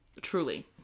Truly